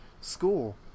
school